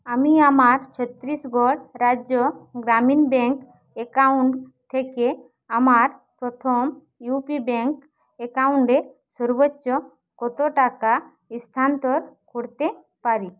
আমি আমার ছত্রিশগড় রাজ্য গ্রামীণ ব্যাঙ্ক একাউন্ট থেকে আমার প্রথম ইউ পি ব্যাঙ্ক একাউন্টে সর্বোচ্চ কতো টাকা স্থানান্তর করতে পারি